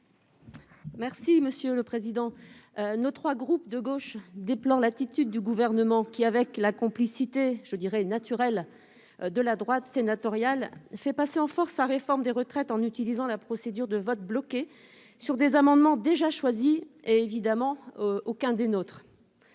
Mme Sabine Van Heghe. Les trois groupes de gauche déplorent l'attitude du Gouvernement qui, avec la complicité « naturelle » de la droite sénatoriale, fait passer en force sa réforme des retraites en utilisant la procédure de vote bloqué sur des amendements déjà choisis- aucun des nôtres,